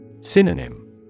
Synonym